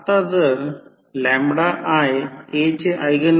आता प्रतिकारास हे माहित आहे की RZ B